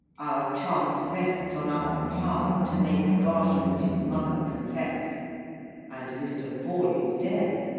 our chance rests on our power to make barsham and his mother confess and mr. forley's death,